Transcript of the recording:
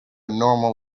normal